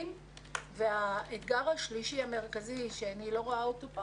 2020. האתגר השלישי המרכזי שאני לא רואה כאן,